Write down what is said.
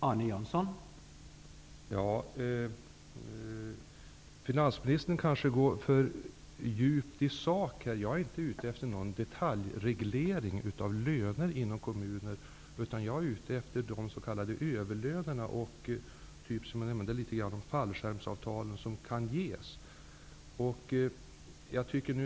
Herr talman! Finansministern kanske går för djupt i sak. Jag är inte ute efter någon detaljreglering av löner inom kommunerna, utan jag är ute efter de s.k. överlönerna och de fallskärmsavtal som förekommer.